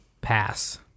Pass